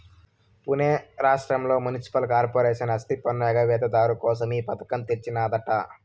పునే రాష్ట్రంల municipal corporation ఆస్తిపన్ను ఎగవేత దారు కోసం ఈ పథకం తెచ్చినాదట